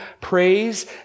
Praise